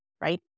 right